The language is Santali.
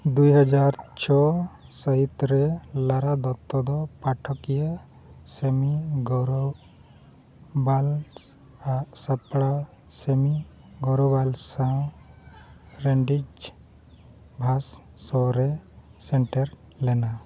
ᱫᱩ ᱦᱟᱡᱟᱨ ᱪᱷᱚ ᱥᱟᱹᱦᱤᱛ ᱨᱮ ᱞᱟᱨᱟ ᱫᱚᱛᱛᱚ ᱫᱚ ᱯᱟᱴᱷᱚᱠᱤᱭᱟᱹ ᱥᱮᱢᱤ ᱜᱟᱨᱳᱣᱟᱞ ᱟᱜ ᱥᱟᱯᱲᱟᱣ ᱥᱮᱢᱤ ᱜᱟᱨᱳᱣᱟᱞ ᱥᱟᱶ ᱨᱮᱱᱰᱮᱡᱽ ᱵᱷᱟᱥ ᱥᱳ ᱨᱮ ᱥᱮᱴᱮᱨ ᱨᱮᱱᱟ